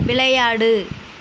விளையாடு